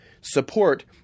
support